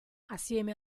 assieme